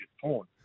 porn